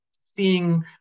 seeing